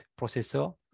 processor